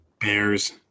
Bears